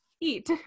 eat